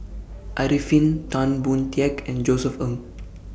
Arifin Tan Boon Teik and Josef Ng